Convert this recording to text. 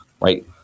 right